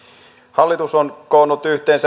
hallitus on koonnut yhteensä